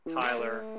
Tyler